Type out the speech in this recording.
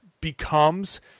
becomes